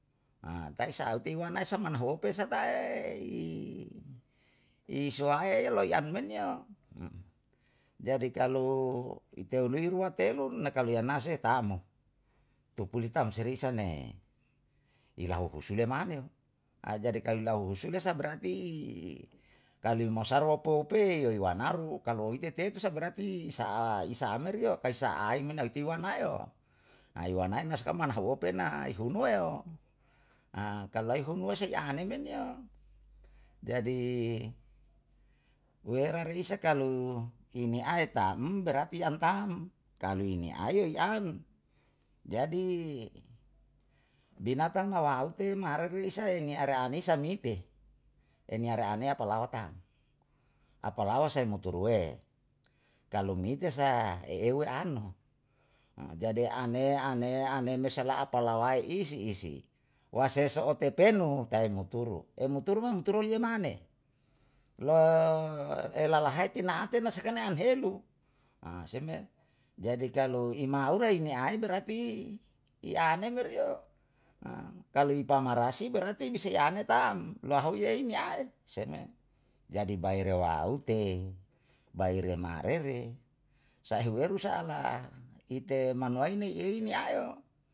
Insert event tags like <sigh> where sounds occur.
<hesitation> tai sa'a tiwana sae wana hope sakae i i suaelo yan menyo <hesitation> jadi kalu ite hui rua telu na kalianase taamo, tupuli tam se risa ne, ilau husule maneo, <hesitation> jadi kalu lau husule sa berarti <hesitation> kalion masaru opo pe ye yuanaru, kalo o ite te sa berarti sa'a isa'a meriyo, ka isa'ai me na itiwana yo, aiwanae na saka mana huowope na i hunuweo. <hesitation> kalu lai hunue sei an men yo. Jadi wera re isa kalu hini ae tam, berarti an tam, kalu hini ae yo i an. jadi binatang na waute maruru isae niya are anisa mite, eniare anea palawata. Apalawa sae um turue, kalu mite sa e eu an no. <hesitation> jadi ane ane ane me sala apalawai isi isi, waseso otepen no tai muturu, em um turu me um turu lia mane, <hesitation> e lalahai tina ate na sakane an helu <hesitation> se me, jadi kalu imauera ni ai berarti i ane meriyo. <hesitation> kalu i pamarasi berarti bisane i ane tam, loahaune ini ae, se me. jadi bae re waaute, bai re ma'arere, sahiwehu sa'a la ite manuai nei ei ni ae yo